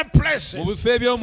places